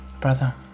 Brother